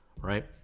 right